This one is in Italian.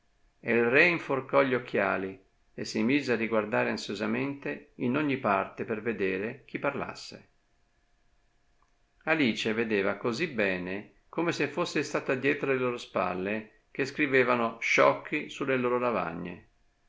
e il re inforcò gli occhiali e si mise a riguardare ansiosamente in ogni parte per vedere chi parlasse alice vedeva così bene come se fosse stata dietro le loro spalle che scrivevano sciocchi sulle loro lavagne